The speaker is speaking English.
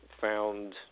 found